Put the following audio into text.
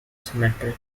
cemetery